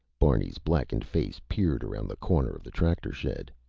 barney's blackened face peered around the corner of the tractor shed.